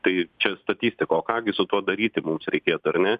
tai čia statistika o ką gi su tuo daryti mums reikėtų ar ne